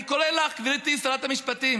אני קורא לך, גברתי שרת המשפטים,